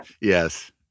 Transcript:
Yes